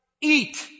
Eat